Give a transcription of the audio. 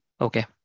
Okay